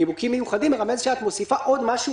"נימוקים מיוחדים" מרמז שאת מוסיפה עוד משהו